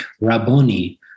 Rabboni